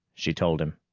she told him,